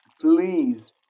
please